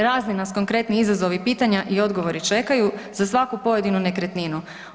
Razni nas konkretni izazovi i pitanja i odgovori čekaju za svaku pojedinu nekretninu.